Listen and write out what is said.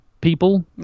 people